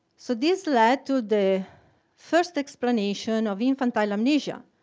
so this led to the first explanation of infantile amnesia,